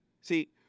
see